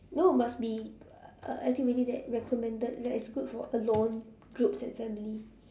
no must be a activity that recommended that is good for alone groups and family